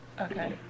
Okay